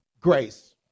grace